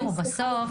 בסוף,